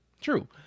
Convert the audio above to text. True